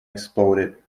exploded